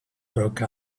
broke